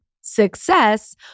success